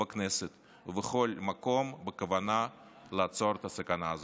בכנסת ובכל מקום בכוונה לעצור את הסכנה הזאת.